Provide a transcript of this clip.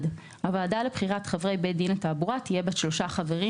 (ד)הוועדה לבחירת חברי בית דין לתעבורה תהיה בת שלושה חברים,